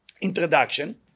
introduction